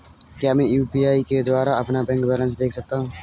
क्या मैं यू.पी.आई के द्वारा अपना बैंक बैलेंस देख सकता हूँ?